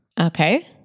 Okay